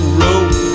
road